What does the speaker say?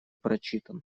прочитан